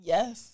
Yes